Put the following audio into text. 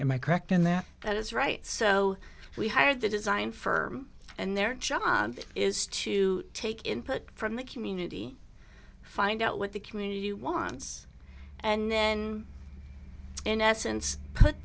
i correct in that that is right so we hired the design firm and their job is to take input from the community find out what the community wants and then in essence put